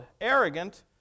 arrogant